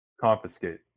Confiscate